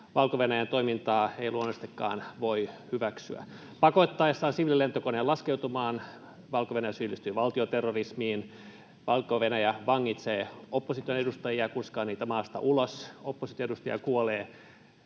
Valko-Venäjän toimintaa ei luonnollisestikaan voi hyväksyä. Pakottaessaan siviililentokoneen laskeutumaan Valko-Venäjä syyllistyi valtioterrorismiin. Valko-Venäjä vangitsee opposition edustajia, kuskaa niitä maasta ulos, oppositioedustajia kuolee